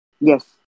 Yes